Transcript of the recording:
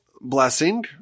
blessing